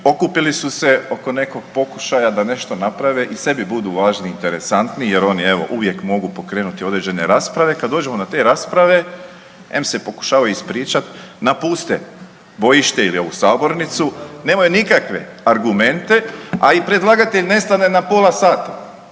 okupili su se oko nekog pokušaja da nešto naprave i sebi budu važni i interesantni jer oni evo uvijek mogu pokrenuti određene rasprave. Kad dođemo na te rasprave, em se pokušavaju ispričat, napuste bojište ili ovu sabornicu, nemaju nikakve argumente, a i predlagatelj nestane na pola sata,